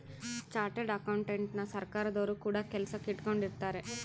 chartered ಅಕೌಂಟೆಂಟನ ಸರ್ಕಾರದೊರು ಕೂಡ ಕೆಲಸಕ್ ಇಟ್ಕೊಂಡಿರುತ್ತಾರೆ